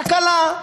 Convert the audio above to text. תקלה.